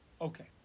Okay